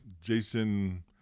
Jason